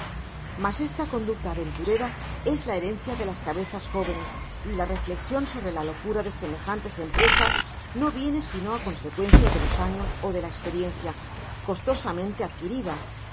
mas esta conducta aventurera es la herencia de las cabezas jóvenes y la reflexion sobre la locura de semejantes empresas no viene sino á consecuencia de los años ó de la esperiencia costosamente adquirida